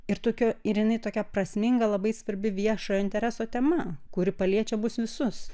ir tokia ir jinai tokia prasminga labai svarbi viešojo intereso tema kuri paliečia mus visus